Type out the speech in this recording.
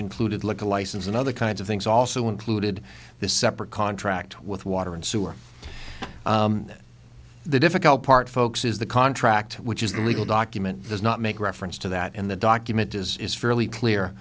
included like a license and other kinds of things also included the separate contract with water and sewer that the difficult part folks is the contract which is the legal document does not make reference to that in the document as is fairly clear